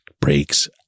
breaks